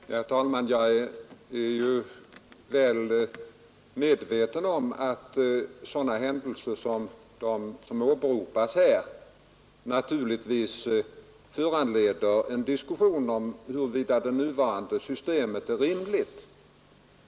Herr talman! Jag är väl medveten om att sådana händelser som den åberopade föranleder diskussion om huruvida det nuvarande systemet är rimligt.